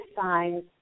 signs